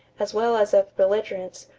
as well as of belligerents,